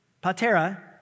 patera